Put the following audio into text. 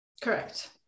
correct